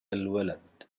الولد